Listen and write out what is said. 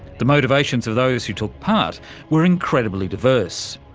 the motivations of those who took part were incredibly diverse.